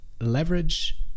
leverage